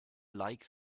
like